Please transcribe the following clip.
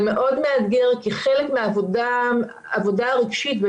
זה מאוד מאתגר כי חלק מהעבודה הרגשית זה